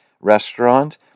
Restaurant